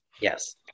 Yes